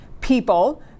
People